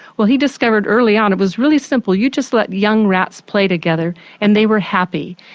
well he discovered early on it was really simple, you just let young rats play together and they were happy.